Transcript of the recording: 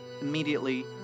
Immediately